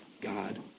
God